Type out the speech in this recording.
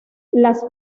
las